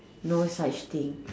no such thing